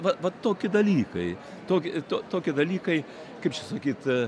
va vat tokie dalykai tokie tokie dalykai kaip čia sakyt